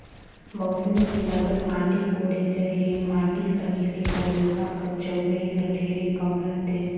बउसली मे लगल माटी कोड़े चहे माटी सकेले कर लोहा कर चउड़ई हर ढेरे कम रहथे